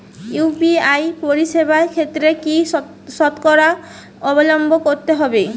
UPI পরিসেবার ক্ষেত্রে কি সতর্কতা অবলম্বন করতে হবে?